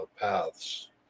paths